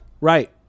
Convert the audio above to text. right